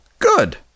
Good